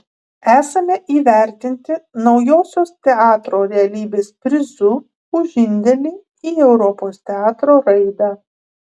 esame įvertinti naujosios teatro realybės prizu už indėlį į europos teatro raidą